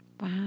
Wow